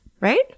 Right